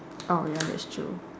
oh ya that's true